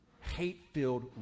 hate-filled